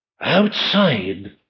outside